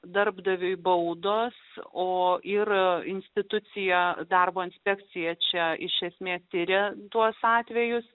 darbdaviui baudos o ir institucija darbo inspekcija čia iš esmės tiria tuos atvejus